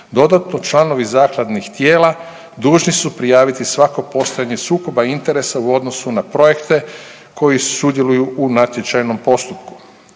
Dodatno članovi zakladnih tijela dužni su prijaviti svako postojanje sukoba interesa u odnosu na projekte koji sudjeluju u natječajnom postupku.